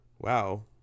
wow